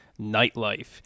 Nightlife